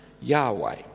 Yahweh